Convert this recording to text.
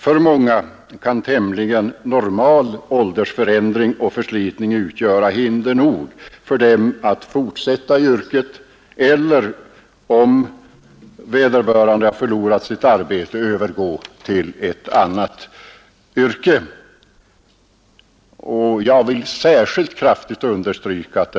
För många kan tämligen normal åldersförändring och förslitning utgöra hinder nog att fortsätta i yrket eller, om vederbörande har förlorat sitt arbete, att övergå till ett annat yrke. Jag vill särskilt kraftigt understryka att